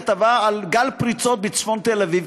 כתבה על גל פריצות בצפון תל-אביב,